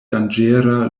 danĝera